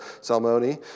Salmoni